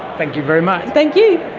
thank you very much. thank you.